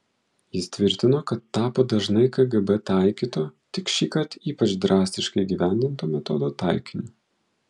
jis tvirtino kad tapo dažnai kgb taikyto tik šįkart ypač drastiškai įgyvendinto metodo taikiniu